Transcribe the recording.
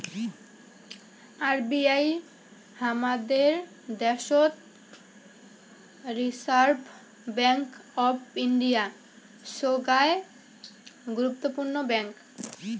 RBI হামাদের দ্যাশোত reserve bank of India, সোগায় গুরুত্বপূর্ণ ব্যাঙ্ক